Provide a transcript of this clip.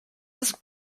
was